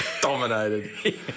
Dominated